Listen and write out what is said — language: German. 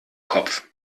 kopf